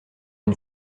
une